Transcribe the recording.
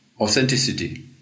authenticity